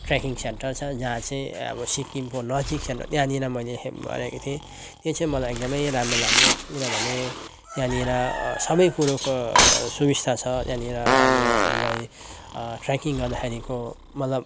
trekking centre छ जहाँ चाहिँ अब सिक्किमको नजिक सेन्टर त्यहाँनिर मैले एकखेप गरेको थिएँ त्यो चाहिँ मलाई एकदमै राम्रो लाग्यो किनभने त्यहाँनिर सबै कुरोको सुविस्ता छ त्यहाँनिर अब हामीलाई ट्रेकिङ गर्दाखेरिको मतलब